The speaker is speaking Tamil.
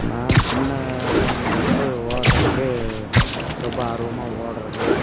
நான் சின்ன பையனில் இருந்து ஓட்டுறதுக்கு ரொம்ப ஆர்வமாக ஓடுறது